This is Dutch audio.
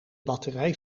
batterij